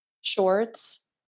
shorts